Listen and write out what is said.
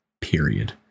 period